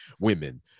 women